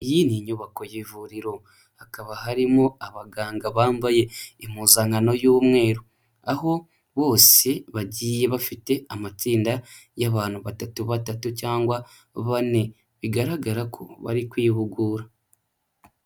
Iyi ni nyubako y'ivuriro hakaba harimo abaganga bambaye impuzankano y'umweru, aho bose bagiye bafite amatsinda y'abantu batatu batatu cyangwa bane, bigaragara ko bari kwihugura.